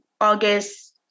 August